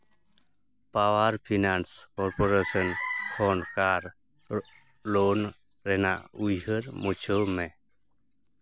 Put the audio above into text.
power finance corporation ᱠᱷᱚᱱ car loan ᱨᱮᱱᱟᱜ ᱩᱭᱦᱟᱹᱨ ᱢᱩᱪᱷᱟᱹᱣ ᱢᱮ